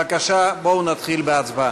בבקשה, בואו נתחיל בהצבעה.